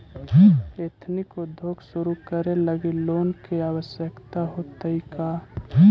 Ethnic उद्योग शुरू करे लगी लोन के आवश्यकता होतइ का?